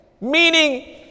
meaning